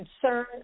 concern